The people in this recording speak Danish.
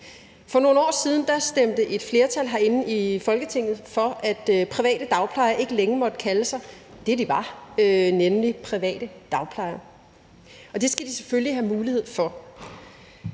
For nogle år siden stemte et flertal herinde i Folketinget for, at private dagplejere ikke længere måtte kalde sig det, de var, nemlig private dagplejere. Det skal de selvfølgelig have mulighed for.